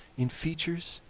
in features,